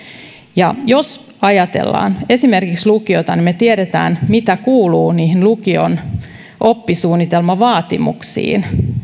ja jos ajatellaan esimerkiksi lukiota mehän tiedämme mitä kuuluu niihin lukion opetussuunnitelman vaatimuksiin